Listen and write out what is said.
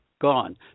gone